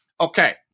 Okay